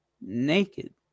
naked